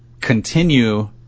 continue